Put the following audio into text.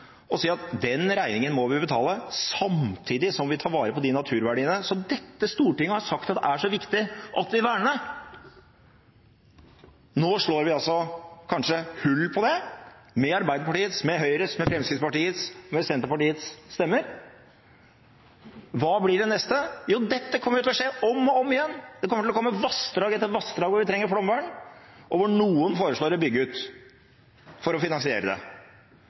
og si at den regningen må vi betale, samtidig som vi tar vare på de naturverdiene som dette stortinget har sagt at det er så viktig at vi verner. Nå slår vi kanskje hull på det med Arbeiderpartiets, med Høyres, med Fremskrittspartiets og med Senterpartiets stemmer. Hva blir det neste? Jo, dette kommer til å skje om og om igjen. Det kommer til å komme vassdrag etter vassdrag hvor vi trenger flomvern, og hvor noen foreslår å bygge ut for å finansiere det.